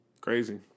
Crazy